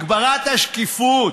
הגברת השקיפות,